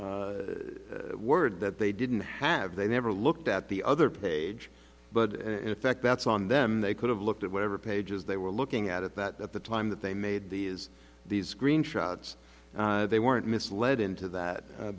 mister word that they didn't have they never looked at the other page but in effect that's on them they could have looked at whatever pages they were looking at that at the time that they made these these screenshots they weren't misled into that